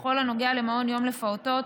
בכל הנוגע למעון יום לפעוטות,